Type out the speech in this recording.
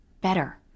better